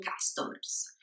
customers